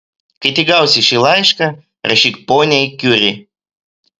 kai tik gausi šį laišką rašyk poniai kiuri